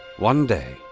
one day,